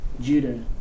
Judah